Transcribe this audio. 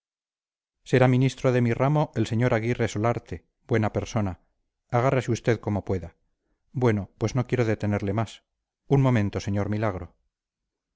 será ministro de mi ramo el sr aguirre solarte buena persona agárrese usted como pueda bueno pues no quiero detenerle más un momento sr milagro